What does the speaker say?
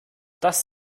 das